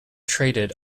traded